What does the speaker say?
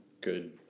good